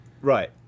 Right